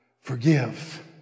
forgive